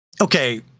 okay